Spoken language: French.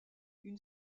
une